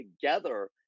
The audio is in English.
together